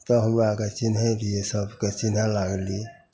तऽ हौवेके चिन्है रहिए सबके चिन्है लागलिए